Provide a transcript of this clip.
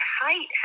height